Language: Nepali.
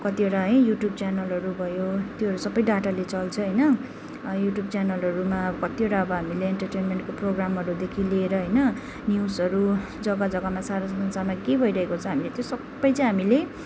कतिवटा है युट्युब च्यानलहरू भयो त्योहरू सबै डाटाले चल्छ होइन युट्युब च्यानलहरूमा अब कतिवटा अब हामीले एन्टरटेनमेन्टको प्रोग्रामहरूदेखि लिएर होइन न्युजहरू जग्गा जग्गामा सारा संसारमा के भइरहेको छ हामीले त्यो सबै चाहिँ हामीले